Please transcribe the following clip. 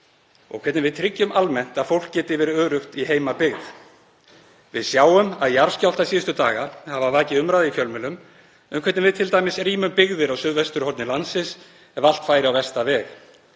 og hvernig við tryggjum almennt að fólk geti verið öruggt í heimabyggð. Við sjáum að jarðskjálftar síðustu daga hafa vakið umræðu í fjölmiðlum um hvernig við t.d. rýmum byggðir á suðvesturhorni landsins ef allt færi á versta veg